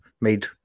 made